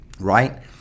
right